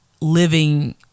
living